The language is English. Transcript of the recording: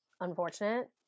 unfortunate